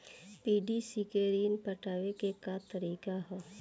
PDC से ऋण पटावे के का तरीका ह?